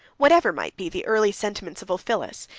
whatever might be the early sentiments of ulphilas,